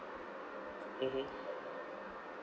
mmhmm